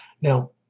Now